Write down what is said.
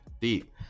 deep